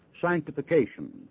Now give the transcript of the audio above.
sanctification